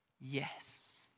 yes